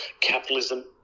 capitalism